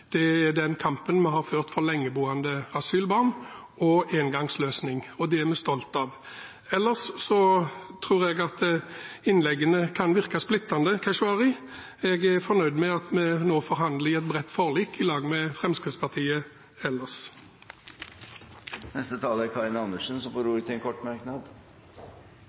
er den kampen vi har ført for lengeboende asylbarn og engangsløsning. Det er vi stolt av. Ellers vil jeg si til Keshvari at jeg tror innleggene kan virke splittende. Jeg er fornøyd med at vi nå forhandler i et bredt forlik i lag med Fremskrittspartiet ellers. Representanten Karin Andersen har hatt ordet to ganger tidligere og får ordet til en kort merknad,